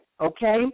Okay